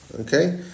Okay